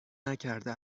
نکرده